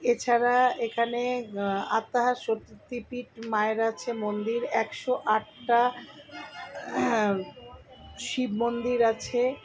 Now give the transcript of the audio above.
এছাড়া এখানে আত্মাহার শক্তিপীঠ মায়ের আছে মন্দির একশো আটটা শিব মন্দির আছে